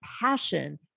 passion